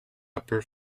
upper